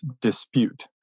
dispute